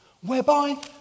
whereby